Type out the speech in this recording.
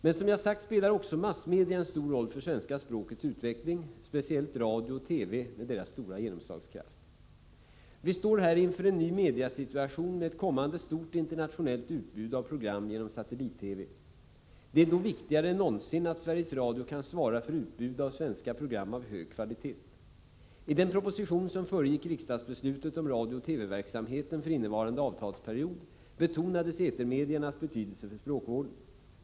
Men som jag sagt spelar också massmedia en stor roll för svenska språkets utveckling, speciellt radio och TV med deras stora genomslagskraft. Vi står här inför en ny mediasituation med ett kommande stort internationellt utbud av program genom satellit-TV. Det är då viktigare än någonsin att Sveriges Radio kan svara för utbud av svenska program av hög kvalitet. I den proposition som föregick riksdagsbeslutet om radiooch TV-verksamheten för innevarande avtalsperiod betonades etermediernas betydelse för språkvården.